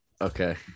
Okay